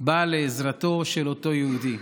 באה לעזרתו של אותו יהודי.